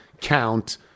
count